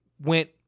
went